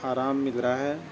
آرام مل رہا ہے